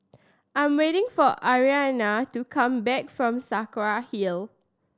I am waiting for Adrianna to come back from Saraca Hill